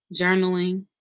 Journaling